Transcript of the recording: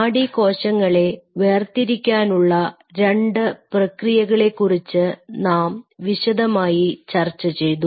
നാഡീകോശങ്ങളെ വേർതിരിക്കാനുള്ള രണ്ടു പ്രക്രിയകളെ കുറിച്ച് നാം വിശദമായി ചർച്ച ചെയ്തു